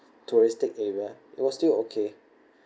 touristic area it was still okay